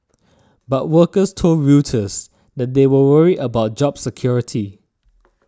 but workers told Reuters that they were worried about job security